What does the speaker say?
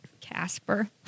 Casper